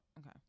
okay